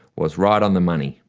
was right on the money.